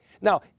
Now